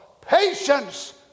Patience